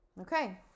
Okay